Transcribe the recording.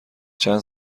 چند